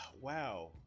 wow